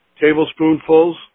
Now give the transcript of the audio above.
Tablespoonfuls